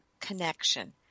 connection